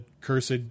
cursed